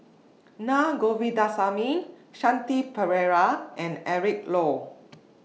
Na Govindasamy Shanti Pereira and Eric Low